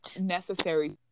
necessary